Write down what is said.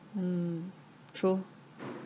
mm true